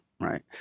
right